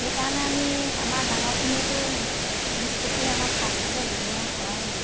সেইকাৰণে আমি আমাৰ ডাঙৰখিনিয়েতো নিষ্পত্তিয়ে আমাৰ ফাষ্টফুডৰ ব্যৱহাৰ কৰাই নহয়